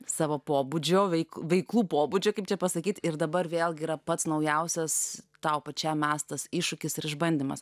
savo pobūdžio veik veiklų pobūdžio kaip čia pasakyti ir dabar vėlgi yra pats naujausias tau pačiam mestas iššūkis išbandymas